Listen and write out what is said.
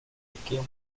became